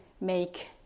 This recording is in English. make